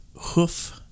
hoof